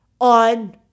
on